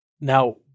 Now